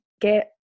get